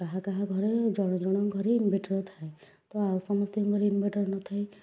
କାହା କାହା ଘରେ ଜଣ ଜଣଙ୍କ ଘରେ ଇନଭରଟର୍ ଥାଏ ତ ଆଉ ସମସ୍ତିଙ୍କର ଇନଭରଟର୍ ନଥାଏ